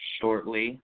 shortly